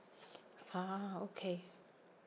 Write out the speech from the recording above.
a'ah okay